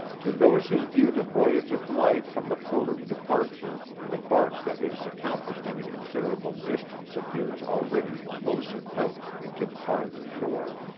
to those who view the voyage of life from the port of departure the bark that has accomplished any considerable distance appears already in close approach to the farther shore.